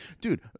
Dude